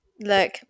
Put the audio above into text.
Look